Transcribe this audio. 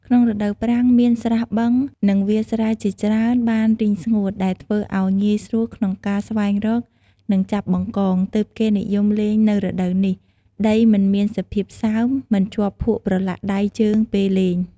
ក្នុងរដូវប្រាំង មានស្រះបឹង និងវាលស្រែជាច្រើនបានរីងស្ងួត ដែលធ្វើឱ្យងាយស្រួលក្នុងការស្វែងរក និងចាប់បង្កង ទើបគេនិយមលេងនៅរដូវនេះ ដីមិនមានសភាពសើម មិនជាប់ភក់ប្រទ្បាក់ដៃ ជើង ពេលលេង។